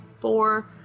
four